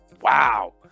Wow